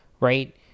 right